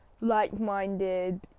like-minded